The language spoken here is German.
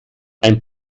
ein